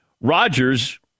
Rodgers